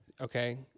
Okay